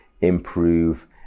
improve